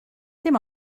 dim